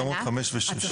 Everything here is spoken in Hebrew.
ברמות (5) ו-(6) ענת,